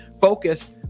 focus